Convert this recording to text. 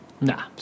Nah